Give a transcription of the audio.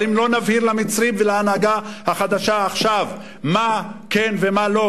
אבל אם לא נבהיר למצרים ולהנהגה החדשה עכשיו מה כן ומה לא,